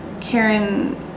Karen